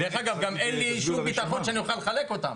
גם אין לי שום ביטחון שאני יכול לחלק אותם,